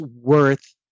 worth